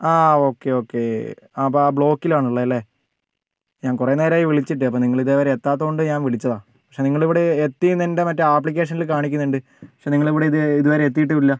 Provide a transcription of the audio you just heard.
ആ okay okay അപ്പോൾ ആ ബ്ലോക്കിലാണുള്ളത് അല്ലേ ഞാൻ കുറേ നേരമായി വിളിച്ചിട്ട് അപ്പം നിങ്ങളിതേ വരെ എത്താത്തതുകൊണ്ട് ഞാൻ വിളിച്ചതാണ് പക്ഷെ നിങ്ങളിവിടെ എത്തിയെന്ന് എൻ്റെ മറ്റേ ആപ്ലിക്കേഷനിൽ കാണിക്കുന്നുണ്ട് പക്ഷെ നിങ്ങളിതുവരെ എത്തിയിട്ടും ഇല്ല